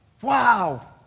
wow